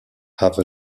have